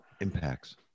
impacts